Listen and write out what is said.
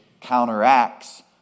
counteracts